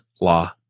law